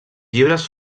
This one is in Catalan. llibres